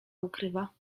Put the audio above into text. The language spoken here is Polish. ukrywa